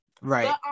right